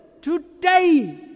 Today